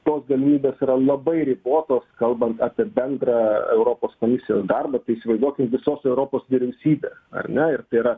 tos galimybės yra labai ribotos kalbant apie bendrą europos komisijos darbą tai įsivaizduokim visos europos vyriausybė ar ne ir tai yra